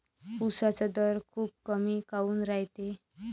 उसाचा दर खूप कमी काऊन रायते?